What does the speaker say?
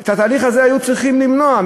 את התהליך הזה היו צריכים למנוע,